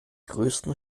größten